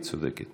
צודקת.